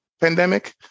pandemic